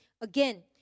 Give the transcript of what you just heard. Again